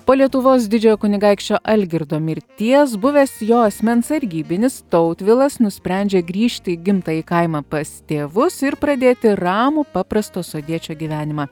po lietuvos didžiojo kunigaikščio algirdo mirties buvęs jo asmens sargybinis tautvilas nusprendžia grįžti į gimtąjį kaimą pas tėvus ir pradėti ramų paprasto sodiečio gyvenimą